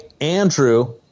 Andrew